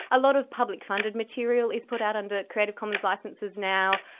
a lot of public funded material is put out under creative commons licences now,